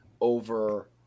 over